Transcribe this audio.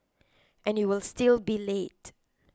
and you will still be late